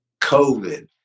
COVID